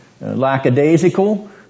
lackadaisical